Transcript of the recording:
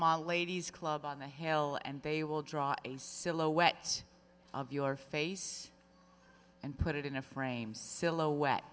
t ladies club on the hill and they will draw silhouettes on your face and put it in a frame silhouette